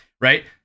right